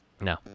No